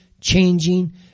changing